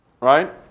Right